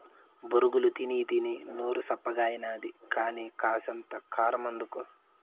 బొరుగులు తినీతినీ నోరు సప్పగాయినది కానీ, కాసింత కారమందుకో